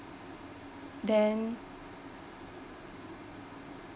then